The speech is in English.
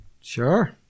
Sure